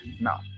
now